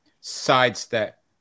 sidestep